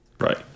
Right